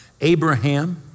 Abraham